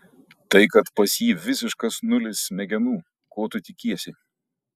tai kad pas jį visiškas nulis smegenų ko tu tikiesi